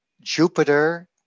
Jupiter